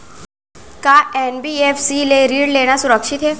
का एन.बी.एफ.सी ले ऋण लेना सुरक्षित हे?